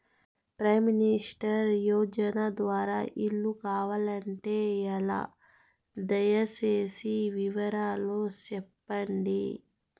Prime minister యోజన ద్వారా ఇల్లు కావాలంటే ఎలా? దయ సేసి వివరాలు సెప్పండి?